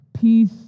Peace